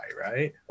right